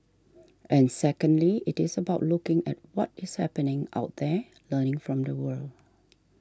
and secondly it is about looking at what is happening out there learning from the world